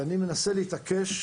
אני מנסה להתעקש,